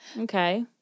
Okay